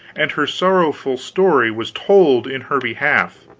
and her sorrowful story was told in her behalf.